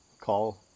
call